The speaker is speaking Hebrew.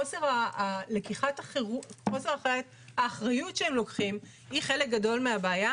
חוסר לקיחת האחריות הם חלק גדול מהבעיה.